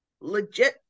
legit